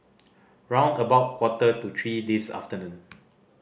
round about quarter to three this afternoon